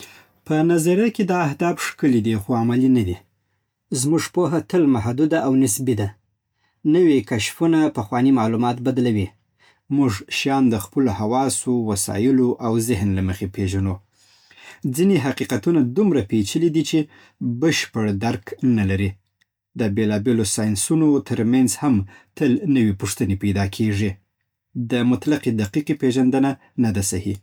په نظریه کې دا هدف ښکلی دی، خو عملي نه دی. زموږ پوهه تل محدوده او نسبي ده. نوي کشفونه پخوانۍ معلومات بدلوي. موږ شیان د خپلو حواسو، وسایلو او ذهن له مخې پېژنو. ځینې حقیقتونه دومره پېچلي دي چې بشپړ درک نه لري. د بېلابېلو ساینسونو ترمنځ هم تل نوې پوښتنې پیدا کېږي. د مطلقې دقيقې پېژندنه نه ده صحيح.